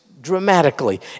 dramatically